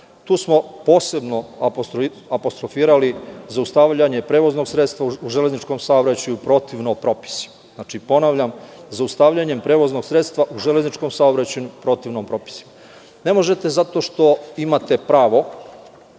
Tu smo posebno apostrofirali zaustavljanje prevoznog sredstva u železničkom saobraćaju protivno propisima. Znači, ponavljam, zaustavljanje prevoznog sredstva u železničkom saobraćaju protivno propisima. Ne možete zato što imate pravo,